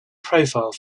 profile